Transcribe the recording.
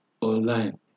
online